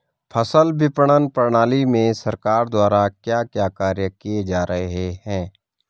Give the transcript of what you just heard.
फसल विपणन प्रणाली में सरकार द्वारा क्या क्या कार्य किए जा रहे हैं?